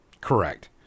Correct